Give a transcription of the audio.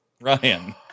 Ryan